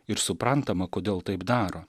ir suprantama kodėl taip daro